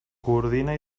coordina